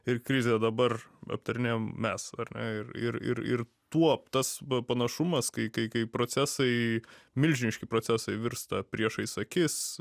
ir krizė dabar aptarinėjam mes ar ne ir ir ir ir tuo tas panašumas kai kai kai procesai milžiniški procesai virsta priešais akis